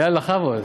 יאללה, בכבוד.